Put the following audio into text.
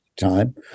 time